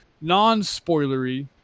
non-spoilery